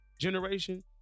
generation